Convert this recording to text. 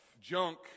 junk